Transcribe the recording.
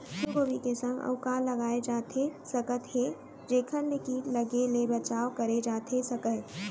फूलगोभी के संग अऊ का लगाए जाथे सकत हे जेखर ले किट लगे ले बचाव करे जाथे सकय?